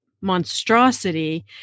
monstrosity